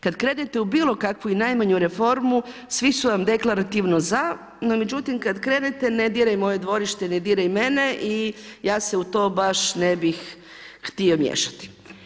Kad krenete u bilo kakvu i najmanju reformu svi su vam deklarativno za, no međutim, kad krenete ne diraj moje dvorište, ne diraj mene i ja se u to baš ne bih htio miješati.